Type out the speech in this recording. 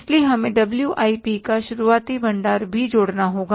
इसलिए हमें WIP का शुरुआती भंडार भी जोड़ना होगा